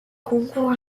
concours